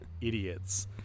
idiots